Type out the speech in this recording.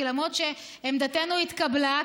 כי למרות שעמדתנו התקבלה,